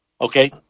Okay